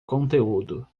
conteúdo